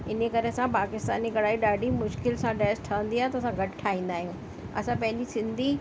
इन ई करे असां पाकिस्तानी कढ़ाई ॾाढी मुश्किलु सां ड्रेस ठहंदी आहे त असां घटि ठाहींदा आहियूं असां पंहिंजी सिंधी